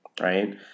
Right